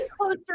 closer